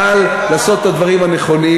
ולא קל לעשות את הדברים הנכונים,